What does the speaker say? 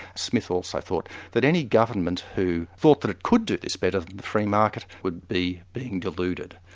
smith also thought that any government who thought that it could do this better than the free market would be being deluded.